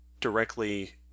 directly